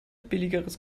billigeres